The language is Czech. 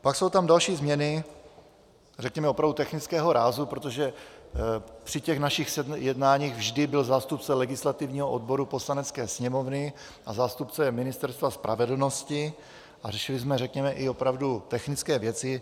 Pak jsou tam další změny, řekněme, opravdu technického rázu, protože při našich jednáních vždy byl zástupce legislativního odboru Poslanecké sněmovny a zástupce Ministerstva spravedlnosti a řešili jsme opravdu i technické věci.